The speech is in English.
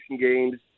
games